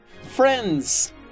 Friends